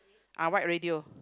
ah white radio